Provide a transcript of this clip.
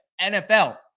NFL